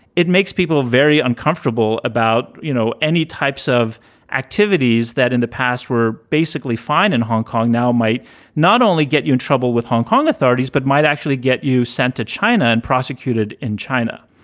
it makes people very uncomfortable about, you know, any types of activities that in the past were basically fine in hong kong. now might not only get you in trouble with hong kong authorities, but might actually get you sent to china and prosecuted in china.